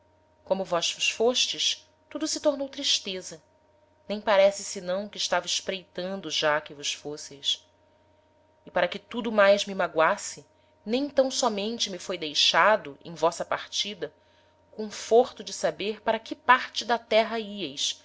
como vós vos fostes tudo se tornou tristeza nem parece senão que estava espreitando já que vos fosseis e para que tudo mais me magoasse nem tam sómente me foi deixado em vossa partida o conforto de saber para que parte da terra ieis